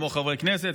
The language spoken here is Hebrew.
כמו חברי הכנסת,